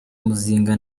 muzinga